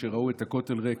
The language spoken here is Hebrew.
כשראו את הכותל ריק,